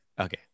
Okay